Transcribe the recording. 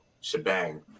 shebang